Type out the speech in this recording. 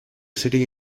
serie